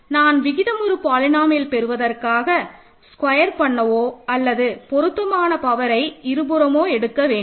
நாம் விகிதமுறு பாலினோமியல் பெறுவதற்காக ஸ்கொயர் பண்ணவோ அல்லது பொருத்தமான பவரை இருபுறமும் எடுக்க வேண்டும்